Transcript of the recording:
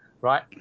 Right